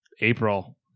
April